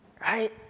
right